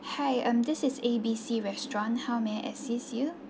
hi um this is A B C restaurant how may I assist you